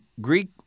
Greek